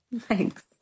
Thanks